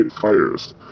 fires